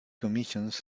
commissions